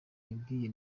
yabwiye